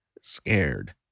scared